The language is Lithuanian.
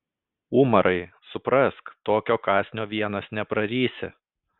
umarai suprask tokio kąsnio vienas neprarysi